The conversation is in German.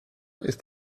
ist